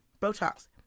Botox